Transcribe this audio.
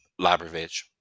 Labrovic